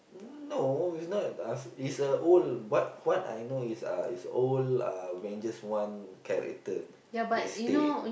no it's not uh it's a old what what I know is uh it's old uh Avengers one character is stay